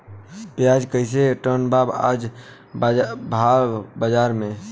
प्याज कइसे टन बा आज कल भाव बाज़ार मे?